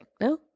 No